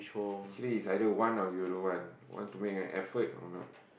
actually is either want or you don't want want to make an effort or not